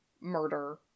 murder